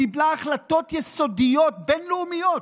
קיבלה החלטות יסודיות בין-לאומיות,